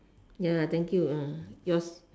ya thank you ah yours